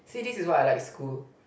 see this is why I like school